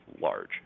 large